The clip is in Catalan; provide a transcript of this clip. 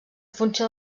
funció